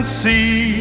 see